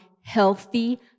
healthy